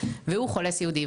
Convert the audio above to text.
והוא חולה סיעודי.